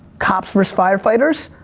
cops versus firefighters.